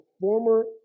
former